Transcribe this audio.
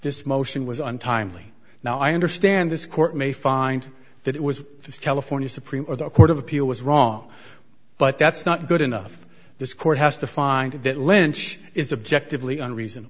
this motion was untimely now i understand this court may find that it was the california supreme court of appeal was wrong but that's not good enough this court has to find that lynch is objective leon reason